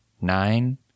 nine